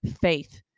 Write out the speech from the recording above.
faith